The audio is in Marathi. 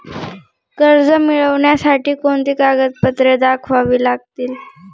कर्ज मिळण्यासाठी कोणती कागदपत्रे दाखवावी लागतील?